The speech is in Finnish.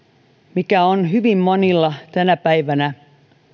mikä on hyvin monilla tänä päivänä